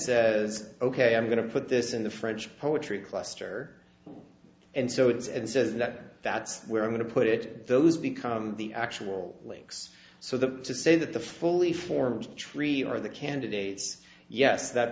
says ok i'm going to put this in the french poetry cluster and so it's and says that that's where i'm going to put it those become the actual links so the say that the fully formed tree are the candidates yes that